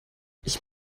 ich